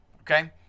Okay